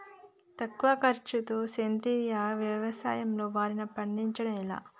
తక్కువ ఖర్చుతో సేంద్రీయ వ్యవసాయంలో వారిని పండించడం ఎలా?